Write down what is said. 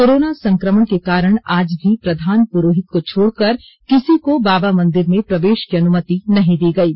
corona संक्रमण के कारण आज भी प्रधान पुरोहित को छोड़ कर किसी को बाबा मंदिर में प्रवेश की अनुमति नहीं दी गयी